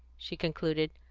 she concluded,